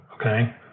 okay